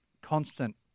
constant